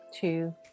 two